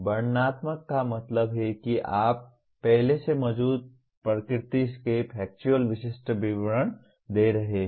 वर्णनात्मक का मतलब है कि आप पहले से मौजूद प्रकृति के फैक्चुअल विशिष्ट विवरण दे रहे हैं